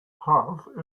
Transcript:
have